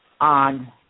on